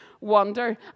wonder